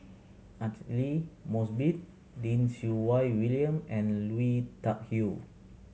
Aidli Mosbit Lim Siew Wai William and Lui Tuck Yew